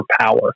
power